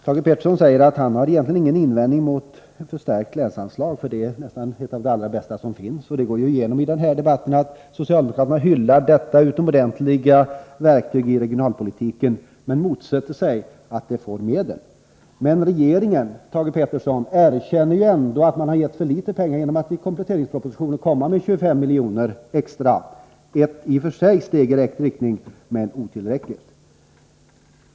Thage Peterson säger att han egentligen inte har någon invändning mot ett förstärkt länsanslag — det är nästan det allra bästa som finns. Det lyser ju igenom i den här debatten att socialdemokraterna hyllar detta utomordentliga verktyg i regionalpolitiken, men man motsätter sig att det får medel. Regeringen erkänner ju ändå, Thage Peterson, att man har gett för litet pengar, för i kompletteringspropositionen anslår man 25 miljoner extra. Det är i och för sig ett steg i rätt riktning men otillräckligt.